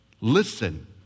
Listen